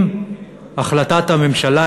אם החלטת הממשלה,